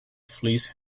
fleece